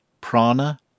prana